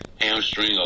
hamstring